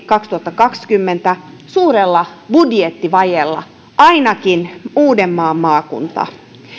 kaksituhattakaksikymmentä suurella budjettivajeella ainakin uudenmaan maakunta